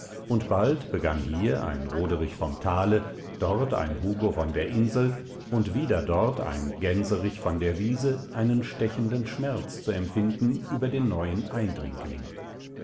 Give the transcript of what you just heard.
und bald begann hier ein roderich vom tale dort ein hugo von der insel und wieder dort ein gänserich von der wiese einen stechenden schmerz zu empfinden über den neuen eindringling